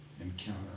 encounter